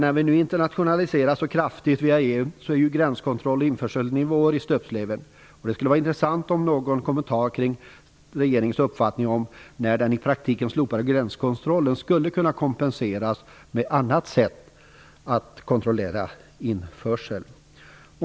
När vi nu internationaliseras så kraftigt via EU är ju frågorna om gränskontroll och införselnivåer i stöpsleven. Det skulle vara intressant att få någon kommentar kring statsrådets och regeringens uppfattning om när den i praktiken slopade gränskontrollen skulle kunna kompenseras genom andra sätt att kontrollera införsel.